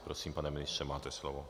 Prosím, pane ministře, máte slovo.